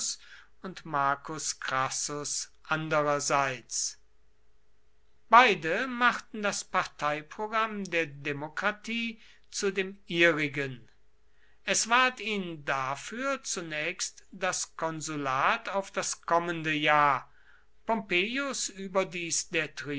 und marcus crassus andererseits beide machten das parteiprogramm der demokratie zu dem ihrigen es ward ihnen dafür zunächst das konsulat auf das kommende jahr pompeius überdies der